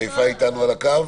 חיפה איתנו על הקו?